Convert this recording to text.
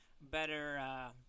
better